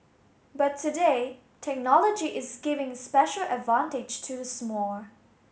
but today technology is giving special advantage to the small